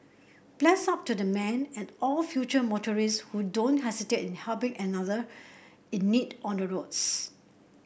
bless up to the man and all future motorist who don't hesitate in helping another in need on the roads